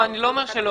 לא, אני לא אומר שלא.